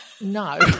no